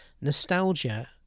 nostalgia